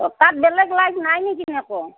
অঁ তাত বেলেগ লাইট নাই নে কিনো একো